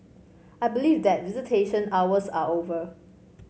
I believe that visitation hours are over